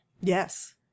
Yes